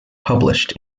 published